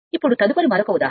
ఇప్పుడు తదుపరి మరొక ఉదాహరణ